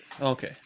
Okay